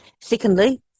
Secondly